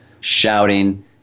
shouting